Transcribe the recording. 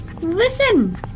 listen